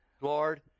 Lord